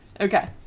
Okay